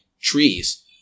trees